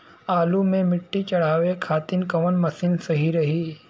आलू मे मिट्टी चढ़ावे खातिन कवन मशीन सही रही?